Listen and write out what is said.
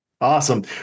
Awesome